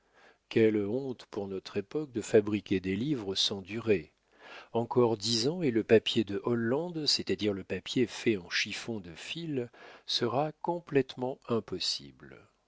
quelle honte pour notre époque de fabriquer des livres sans durée encore dix ans et le papier de hollande c'est-à-dire le papier fait en chiffon de fil sera complétement impossible